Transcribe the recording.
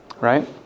right